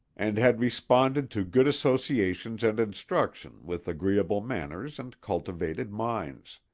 and had responded to good associations and instruction with agreeable manners and cultivated minds.